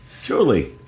Julie